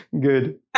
Good